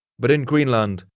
but in greenland,